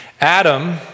Adam